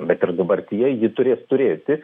bet ir dabartyje ji turės turėti